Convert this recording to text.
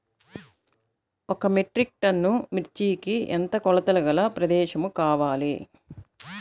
ఒక metric ton మిర్చికి ఎంత కొలతగల ప్రదేశము కావాలీ?